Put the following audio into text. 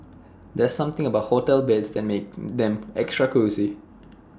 there's something about hotel beds that makes them extra cosy